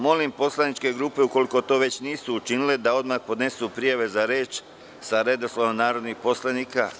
Molim poslaničke grupe, ukoliko to već nisu učinile, da odmah podnesu prijave za reč sa redosledom narodnih poslanika.